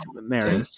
mary